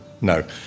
no